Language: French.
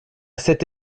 cet